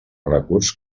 recurs